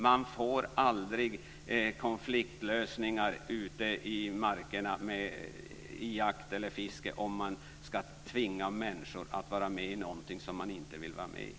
Man når aldrig konfliktlösningar ute i markerna, i jakt eller fiske, om man tvingar människor att vara med i något som de inte vill vara med i.